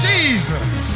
Jesus